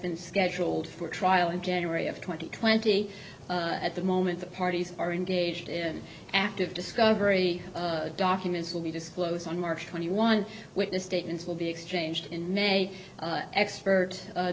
been scheduled for trial in january of twenty twenty at the moment the parties are engaged in active discovery documents will be disclosed on march twenty one witness statements will be exchanged and may expert